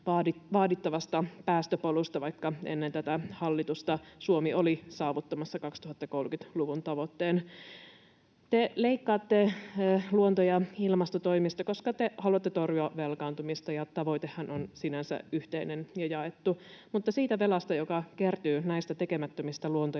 vaadittavasta päästöpolusta, vaikka ennen tätä hallitusta Suomi oli saavuttamassa 2030-luvun tavoitteen. Te leikkaatte luonto- ja ilmastotoimista, koska te haluatte torjua velkaantumista, ja tavoitehan on sinänsä yhteinen ja jaettu, mutta siitä velasta, joka kertyy näistä tekemättömistä luonto-